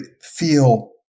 feel